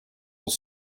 will